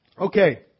Okay